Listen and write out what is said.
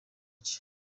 iki